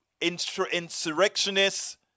insurrectionists